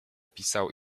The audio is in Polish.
pisał